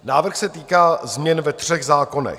Návrh se týká změn ve třech zákonech.